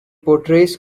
portrays